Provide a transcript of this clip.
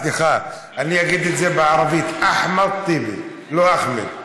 סליחה, אני אגיד זה בערבית: אחמד טיבי, לא אחמד.